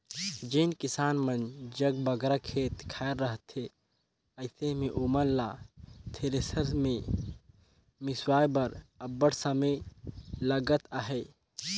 जेन किसान मन जग बगरा खेत खाएर रहथे अइसे मे ओमन ल थेरेसर मे मिसवाए बर अब्बड़ समे लगत अहे